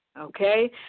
Okay